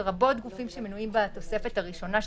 לרבות גופים שמנויים בתוספת הראשונה,